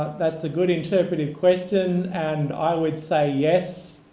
that's a good interpretative question, and i would say yes.